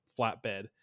flatbed